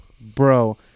Bro